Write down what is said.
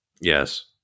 yes